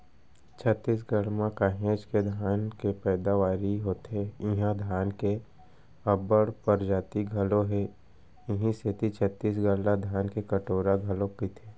छत्तीसगढ़ म काहेच के धान के पैदावारी होथे इहां धान के अब्बड़ परजाति घलौ हे इहीं सेती छत्तीसगढ़ ला धान के कटोरा घलोक कइथें